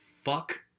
Fuck